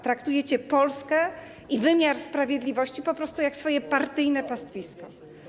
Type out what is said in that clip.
Traktujecie Polskę i wymiar sprawiedliwości po prostu jak swoje partyjne pastwisko.